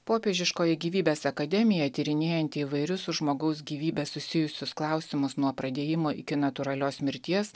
popiežiškoji gyvybės akademija tyrinėjanti įvairius su žmogaus gyvybe susijusius klausimus nuo pradėjimo iki natūralios mirties